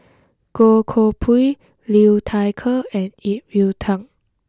Goh Koh Pui Liu Thai Ker and Ip Yiu Tung